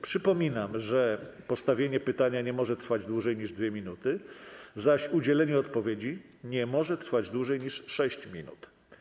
Przypominam, że postawienie pytania nie może trwać dłużej niż 2 minuty, zaś udzielenie odpowiedzi nie może trwać dłużej niż 6 minut.